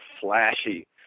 flashy